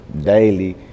daily